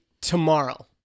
tomorrow